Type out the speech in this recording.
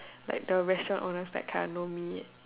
like the restaurant owners like kind of know me